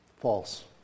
False